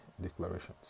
declarations